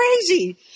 crazy